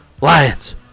Lions